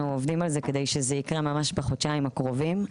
עובדים על זה כדי שזה יקרה ממש בחודשיים הקרובים.